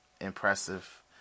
impressive